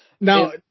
Now